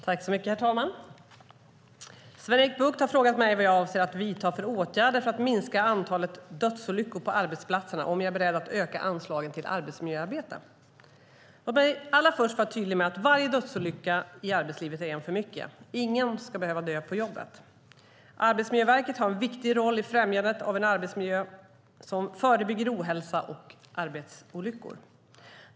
Herr talman! Sven-Erik Bucht har frågat mig vad jag avser att vidta för åtgärder för att minska antalet dödsolyckor på arbetsplatserna och om jag är beredd att öka anslagen till arbetsmiljöarbete. Låt mig allra först vara tydlig med att varje dödsolycka i arbetslivet är en för mycket. Ingen ska behöva dö på jobbet. Arbetsmiljöverket har en viktig roll i främjandet av en arbetsmiljö som förebygger ohälsa och arbetsolyckor.